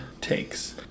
takes